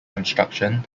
construction